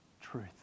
truth